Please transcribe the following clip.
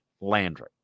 Landry